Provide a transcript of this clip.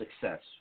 success